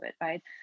Right